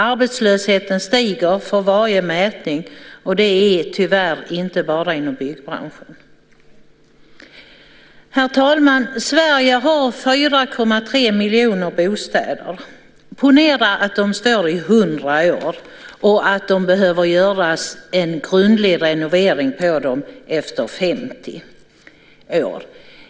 Arbetslösheten stiger för varje mätning, och det är tyvärr inte bara inom byggbranschen. Herr talman! Sverige har 4,3 miljoner bostäder. Ponera att de står i hundra år och att det behöver göras en grundlig renovering av dem efter 50 år.